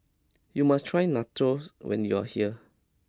you must try Nachos when you are here